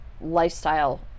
lifestyle